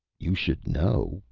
you should know,